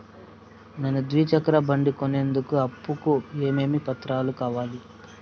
నేను ద్విచక్ర బండి కొనేందుకు అప్పు కు ఏమేమి పత్రాలు కావాలి?